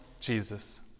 Jesus